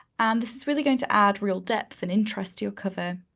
and this is really going to add real depth and interest to your cover.